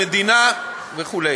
למדינה וכו'.